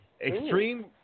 Extreme